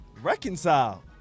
Reconcile